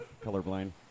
Colorblind